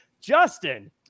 Justin